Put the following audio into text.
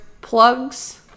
plugs